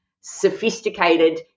sophisticated